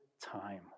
time